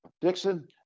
Dixon